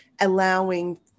allowing